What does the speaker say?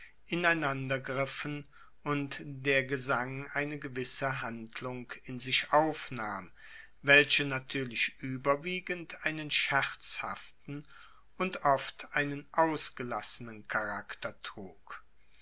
ineinander griffen und der gesang eine gewisse handlung in sich aufnahm welche natuerlich ueberwiegend einen scherzhaften und oft einen ausgelassenen charakter trug